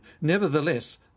Nevertheless